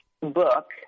book